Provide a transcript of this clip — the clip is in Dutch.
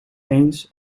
eens